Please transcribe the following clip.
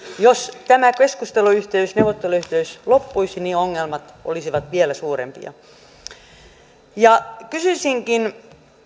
jos tämä keskusteluyhteys neuvotteluyhteys loppuisi niin ongelmat olisivat vielä suurempia kysyisinkin